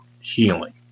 healing